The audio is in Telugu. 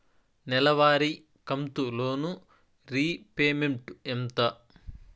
నెలవారి కంతు లోను రీపేమెంట్ ఎంత?